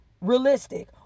realistic